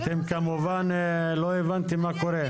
אתם כמובן לא הבנתם מה קורה.